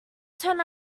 turn